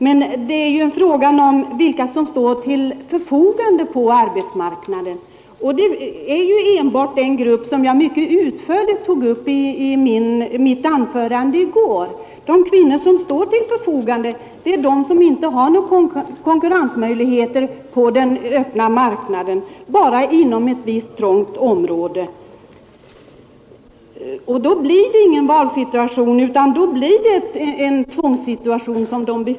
Men frågan är ju vilka som står till förfogande. Det är enbart den grupp som jag talade om mycket utförligt i mitt anförande i går. De kvinnor som står till förfogande är de som inte kan konkurrera om andra arbeten och som därför är hänvisade till ett visst, trångt område. Då blir det ingen valsituation, utan de befinner sig i en tvångssituation.